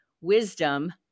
wisdom